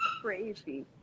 crazy